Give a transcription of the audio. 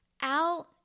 out